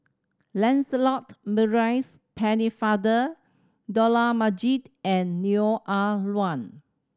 Lancelot Maurice Pennefather Dollah Majid and Neo Ah Luan